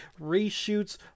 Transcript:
reshoots